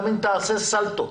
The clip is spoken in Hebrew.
גם אם תעשה סלטות,